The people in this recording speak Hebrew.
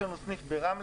יש לנו סניף ברמלה,